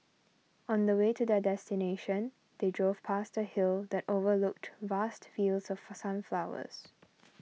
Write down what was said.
on the way to their destination they drove past a hill that overlooked vast fields of sunflowers